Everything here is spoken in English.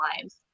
lives